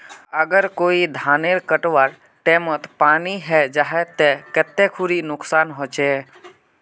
अगर कभी धानेर कटवार टैमोत पानी है जहा ते कते खुरी नुकसान होचए?